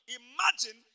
imagine